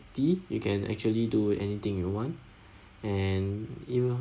ty you can actually do anything you want and you